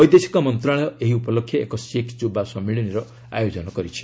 ବୈଦେଶିକ ମନ୍ତ୍ରଣାଳୟ ଏହି ଉପଲକ୍ଷେ ଏକ ଶିଖ୍ ଯୁବା ସମ୍ମିଳନୀର ଆୟୋଜନ କରିଛି